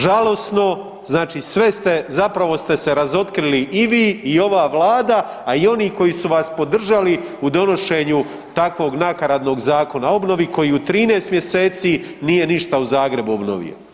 Žalosno, znači sve ste, zapravo ste se razotkrili i vi i ova Vlada, a i oni koji su vas podržali u donošenju takvog nakaradnog Zakona o obnovi koji u 13 mjeseci nije ništa u Zagrebu obnovio.